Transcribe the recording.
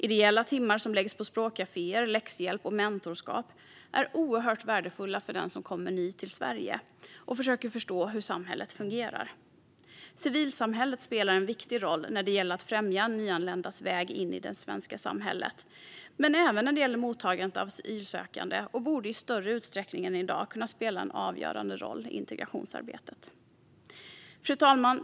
Ideella timmar som läggs på språkkaféer, läxhjälp och mentorskap är oerhört värdefulla för den som är ny i Sverige och försöker förstå hur samhället fungerar. Civilsamhället spelar en viktig roll för att främja nyanländas väg in i det svenska samhället men även för mottagandet av asylsökande, och det borde i ännu större utsträckning kunna spela en avgörande roll i integrationsarbetet. Fru talman!